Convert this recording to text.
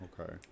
Okay